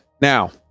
Now